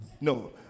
No